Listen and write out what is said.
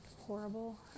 horrible